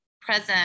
present